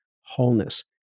wholeness